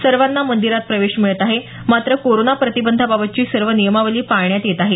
सर्वांना मंदीरात प्रवेश मिळत आहे मात्र कोराना प्रतिबंधाबाबतची सर्व नियमावली पाळण्यात येत आहे